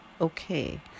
okay